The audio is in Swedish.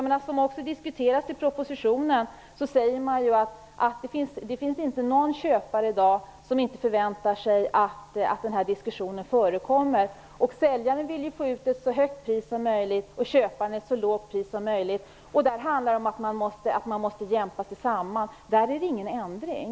Det sägs i propositionen att det inte finns någon köpare i dag som inte förväntar sig att den här diskussionen förekommer. Säljaren vill ta ut ett så högt pris som möjligt, och köparen vill betala ett så lågt pris som möjligt. Man måste jämka sig samman. Där är det ingen ändring.